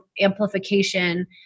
amplification